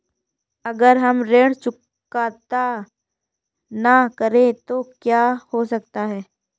अगर हम ऋण चुकता न करें तो क्या हो सकता है?